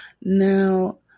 Now